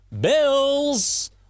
Bills